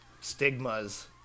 stigmas